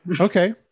Okay